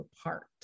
apart